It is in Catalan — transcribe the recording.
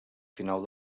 final